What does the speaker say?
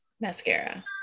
mascara